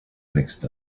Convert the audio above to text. mixed